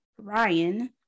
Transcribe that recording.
ryan